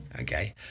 Okay